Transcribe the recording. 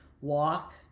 walk